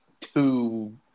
two